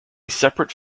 separate